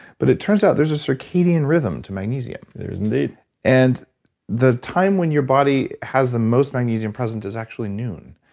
but it turns out that there's a circadian rhythm to magnesium. there is indeed. and the time when your body has the most magnesium present is actually noon.